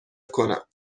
کنم